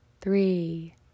three